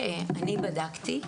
הדבר השני,